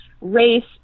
race